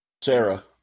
Sarah